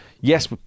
Yes